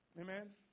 Amen